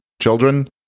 children